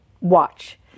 watch